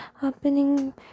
happening